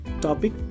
topic